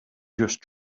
just